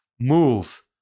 Move